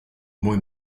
muy